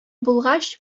булгач